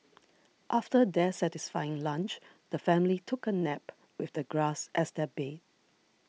after their satisfying lunch the family took a nap with the grass as their bed